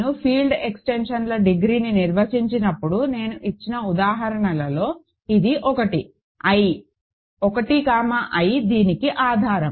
నేను ఫీల్డ్ ఎక్స్టెన్షన్ల డిగ్రీని నిర్వచించినప్పుడు నేను ఇచ్చిన ఉదాహరణల్లో ఇది ఒకటి I 1 కామా I దీనికి ఆధారం